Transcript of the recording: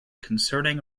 concerning